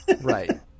Right